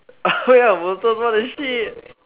what the shit